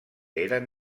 eren